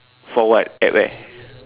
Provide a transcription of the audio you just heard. for what at where